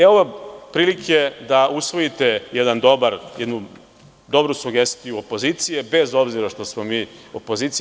Evo prilike da usvojite jednu dobru sugestiju opozicije, bez obzira što smo opozicija.